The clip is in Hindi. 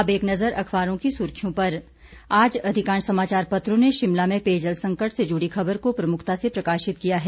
अब एक नजर अखबारों की सुर्खियों पर आज अधिकांश समाचार पत्रों ने शिमला में पेयजल संकट से जुड़ी खबर को प्रमुखता से प्रकाशित किया है